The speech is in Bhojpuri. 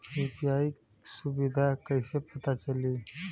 यू.पी.आई सुबिधा कइसे पता चली?